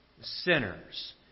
sinners